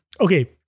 okay